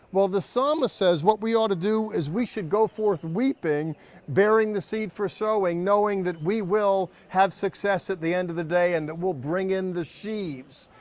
well, the psalmist says what we ought to do is we should go forth weeping bearing the seed for sowing, knowing we will have success at the end of the day, and that we'll bring in the sheaves.